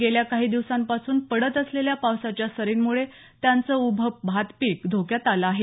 गेल्या काही दिवसांपासून पडत असलेल्या पावसाच्या सरींमुळे त्यांचं उभं भातपीक धोक्यात आलं आहे